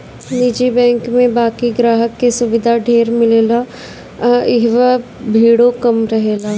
निजी बैंक में बाकि ग्राहक के सुविधा ढेर मिलेला आ इहवा भीड़ो कम रहेला